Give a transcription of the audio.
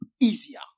easier